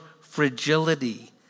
fragility